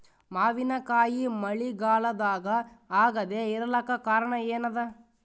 ಮಾವಿನಕಾಯಿ ಮಳಿಗಾಲದಾಗ ಆಗದೆ ಇರಲಾಕ ಕಾರಣ ಏನದ?